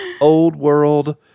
old-world